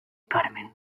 carmen